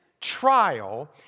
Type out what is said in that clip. trial